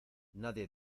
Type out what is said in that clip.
nadie